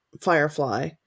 Firefly